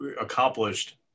accomplished